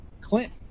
Clint